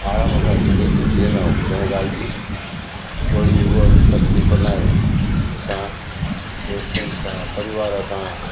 आरामु सां ज़िंदगी जीअंदा आहियूं कंहिं ॻाल्हि जी कोई उहा तकलीफ़ नाहे असां दोस्तनि सां परिवार सां